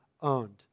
owned